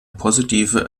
positive